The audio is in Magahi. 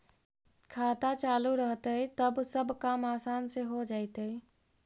खाता चालु रहतैय तब सब काम आसान से हो जैतैय?